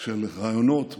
של ראיונות בטלוויזיה,